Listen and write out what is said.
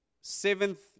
seventh